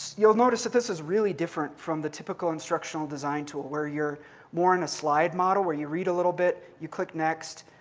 you'll notice that this is really different from the typical instructional design where you're more in a slide model where you read a little bit, you click next,